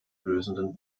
lösenden